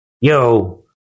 yo